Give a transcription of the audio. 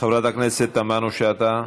חברת הכנסת תמנו-שטה,